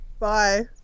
Bye